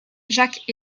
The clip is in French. jacques